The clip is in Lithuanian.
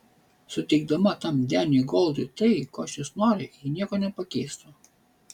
suteikdama tam deniui goldui tai ko šis nori ji nieko nepakeistų